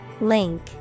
Link